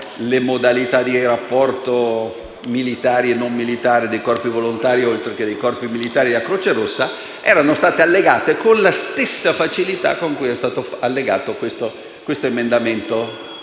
le modalità di rapporto militare e non militare dei corpi volontari oltre che dei corpi militari della Croce Rossa, era stata allegata con la stessa facilità con cui era stato allegato questo emendamento,